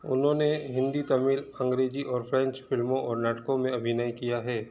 उन्होंने हिंदी तमिल अंग्रेजी और फ्रेंच फिल्मों और नाटकों में अभिनय किया है